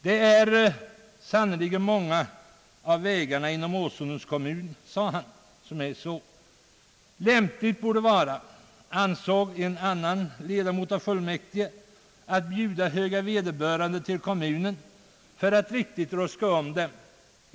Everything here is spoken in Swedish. Det är sannerligen många av vägarna inom Åsundens kommun, sade han.» »Lämpligt borde vara», ansåg en annan ledamot, »att bjuda höga vederbörande till kommunen för att riktigt ”ruska om dem”.